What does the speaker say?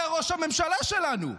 זה ראש הממשלה שלנו.